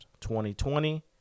2020